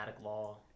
law